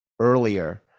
earlier